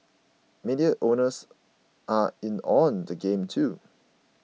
media owners are in on the game too